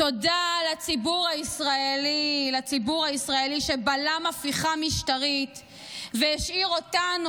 תודה לציבור הישראלי שבלם הפיכה משטרית והשאיר אותנו,